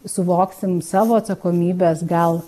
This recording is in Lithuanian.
suvoksim savo atsakomybes gal